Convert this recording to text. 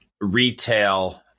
retail